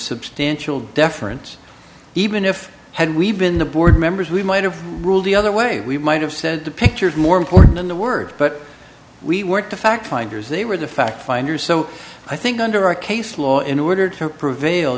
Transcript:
substantial deference even if had we been the board members we might have ruled the other way we might have said the picture is more important than the words but we weren't the fact finders they were the fact finders so i think under our case law in order to prevail